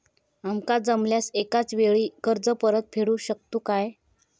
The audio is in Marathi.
आमका जमल्यास एकाच वेळी कर्ज परत फेडू शकतू काय?